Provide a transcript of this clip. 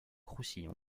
roussillon